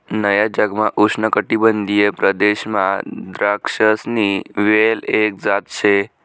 नया जगमा उष्णकाटिबंधीय प्रदेशमा द्राक्षसनी वेल एक जात शे